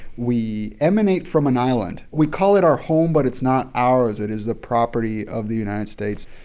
we emanate from an island. we call it our home, but it's not ours. it is the property of the united states.